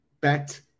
Bet